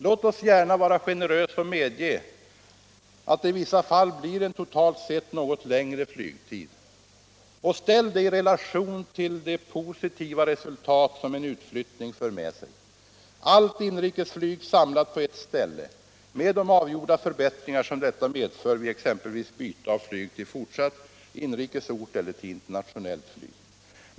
Låt OSS gärna vara generösa och medge att det i vissa fall blir en totalt sett något längre fygtid och ställa det i relation till de positiva resultat som en utflyttning för med sig. Allt inrikesflyg samlas på eu ställe, med de avgjorda förbättringar som detta medför vid exempelvis byte till fortsatt inrikesresa eller till internationellt flyg.